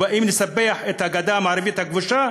והם באים לספח את הגדה המערבית הכבושה